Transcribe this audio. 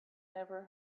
never